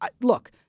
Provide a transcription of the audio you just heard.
look—